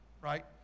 right